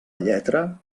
lletra